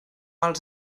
els